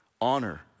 Honor